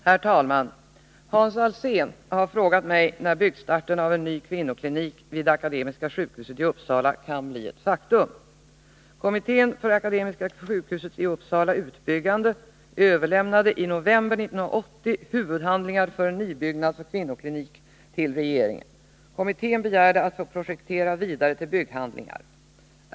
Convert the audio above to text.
Herr talman! Hans Alsén har frågat mig när byggstarten av en ny kvinnoklinik vid Akademiska sjukhuset i Uppsala kan bli ett faktum. Kommittén för Akademiska sjukhusets i Uppsala utbyggande överlämnade i november 1980 huvudhandlingar för en nybyggnad för kvinnoklinik till regeringen. Kommittén begärde att få projektera vidare till bygghandlingar.